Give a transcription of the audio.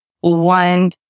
one